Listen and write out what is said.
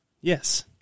Yes